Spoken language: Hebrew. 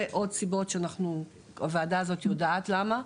ועוד סיבות שהוועדה הזאת יודעת למה.